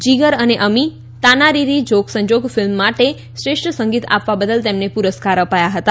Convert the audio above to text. જીગર અને અમી તાનારીરી જોગસંજોગ ફિલ્મ માટે શ્રેષ્ઠ સંગીત આપવા બદલ તેમને પુરસ્કાર અપાયા હતા